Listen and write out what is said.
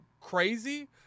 crazy